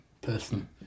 person